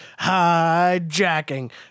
hijacking